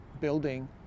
building